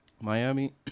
miami